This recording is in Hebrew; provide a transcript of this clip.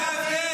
זה ההבדל.